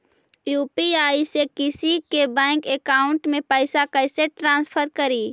UPI से किसी के बैंक अकाउंट में पैसा कैसे ट्रांसफर करी?